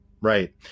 right